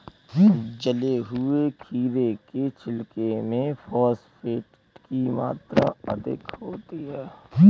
जले हुए खीरे के छिलके में फॉस्फेट की मात्रा अधिक होती है